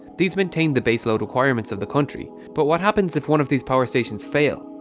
these maintain the baseload requirements of the country, but what happens if one of these power stations fail?